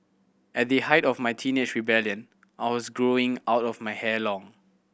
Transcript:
at the height of my teenage rebellion I was growing out of my hair long